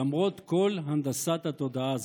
למרות כל הנדסת התודעה הזאת.